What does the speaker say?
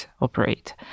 operate